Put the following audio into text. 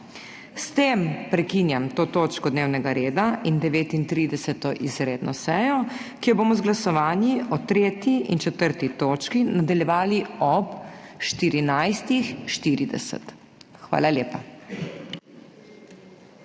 S tem prekinjam to točko dnevnega reda in 39. izredno sejo, ki jo bomo z glasovanji o 3. in 4. točki nadaljevali ob 14.40. Hvala lepa.